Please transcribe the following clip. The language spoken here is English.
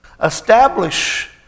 establish